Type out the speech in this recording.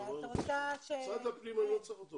אני חושבת שההצהרה שלך לפיה אם הממשלה לא תתכנס להחלטה,